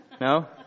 No